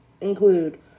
include